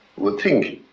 would think.